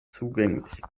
zugänglich